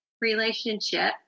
relationship